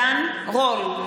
עידן רול,